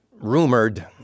rumored